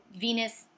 Venus